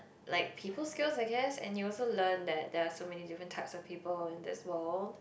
like people skill I guess and you also learn that there are many different types of people in this world